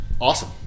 Awesome